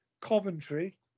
Coventry